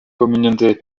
communauté